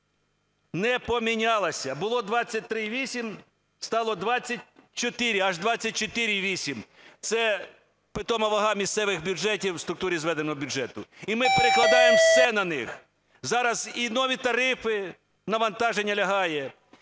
не помінялася. Було 23,8 – стало 24, аж 24,8. Це питома вага місцевих бюджетів в структурі зведеного бюджету. І ми перекладаємо все на них. Зараз і нові тарифи, навантаження лягає,